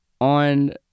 On